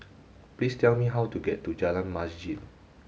please tell me how to get to Jalan Masjid